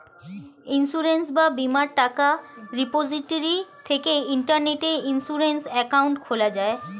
insurance বা বীমার টাকা রিপোজিটরি থেকে ইন্টারনেটে ইন্সুরেন্স অ্যাকাউন্ট খোলা যায়